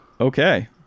Okay